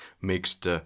mixed